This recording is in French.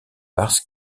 parce